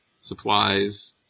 supplies